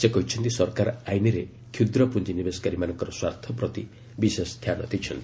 ସେ କହିଛନ୍ତି ସରକାର ଆଇନ୍ରେ କ୍ଷୁଦ୍ର ପୁଞ୍ଜିନିବେଶକାରୀମାନଙ୍କ ସ୍ୱାର୍ଥ ପ୍ରତି ବିଶେଷ ଧ୍ୟାନ ଦେଇଛନ୍ତି